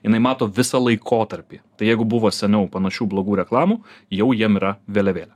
jinai mato visą laikotarpį tai jeigu buvo seniau panašių blogų reklamų jau jiem yra vėliavėlė